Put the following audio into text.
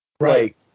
Right